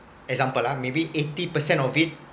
example lah maybe eighty percent of it